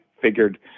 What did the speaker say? figured